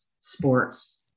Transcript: sports